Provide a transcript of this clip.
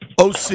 OC